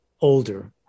older